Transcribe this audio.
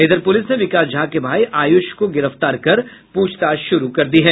इधर पूलिस ने विकास झा के भाई आयूष को गिरफ्तार कर पूछताछ कर रही है